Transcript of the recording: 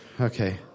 okay